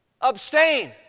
Abstain